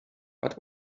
but